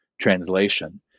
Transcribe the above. translation